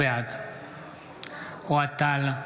בעד אוהד טל,